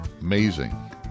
amazing